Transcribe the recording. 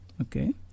Okay